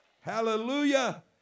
Hallelujah